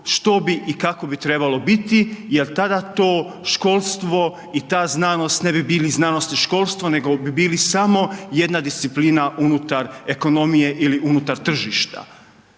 što bi i kako bi trebalo biti jer tada to školstvo i ta znanost ne bi bilo znanost i školstvo nego bi bili samo jedna disciplina unutar ekonomije ili unutar tržišta.